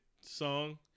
song